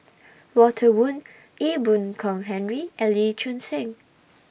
Walter Woon Ee Boon Kong Henry and Lee Choon Seng